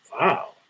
wow